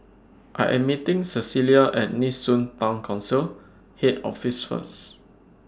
I Am meeting Cecelia At Nee Soon Town Council Head Office First